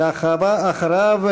ואחריו,